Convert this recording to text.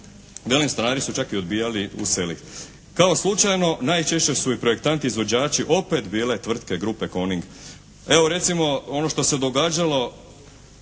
velim stanari su čak i odbijali useliti. Kao slučajno najčešće su i projektanti izvođači opet bile tvrtke grupe "Coning". Evo recimo ono što se događalo